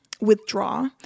withdraw